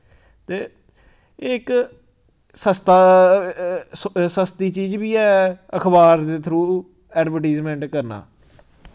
ते इक सस्ता सस्ती चीज बी ऐ अखबार दे थ्रू एडवरटीजमैंट करना